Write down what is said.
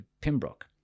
Pembroke